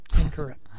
Incorrect